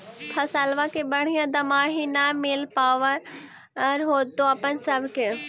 फसलबा के बढ़िया दमाहि न मिल पाबर होतो अपने सब के?